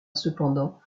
cependant